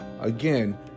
Again